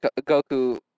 Goku